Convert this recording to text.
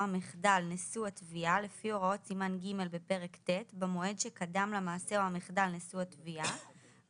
הוכחת נזק- מתן הגנה מפני תביעה פרטנית לפיצוי ללא הוכחת נזק במצב בו